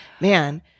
Man